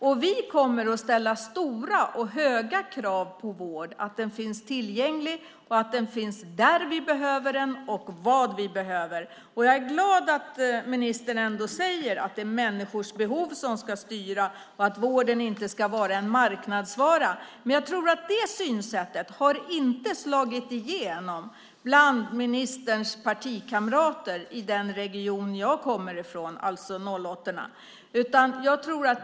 Och vi kommer att ställa stora och höga krav på vården, att den finns tillgänglig, att den finns där vi behöver den och att den ger oss vad vi behöver. Jag är glad att ministern ändå säger att det är människors behov som ska styra och att vården inte ska vara en marknadsvara. Men det synsättet har inte slagit igenom bland ministerns partikamrater i den region jag kommer från, alltså 08-området.